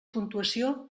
puntuació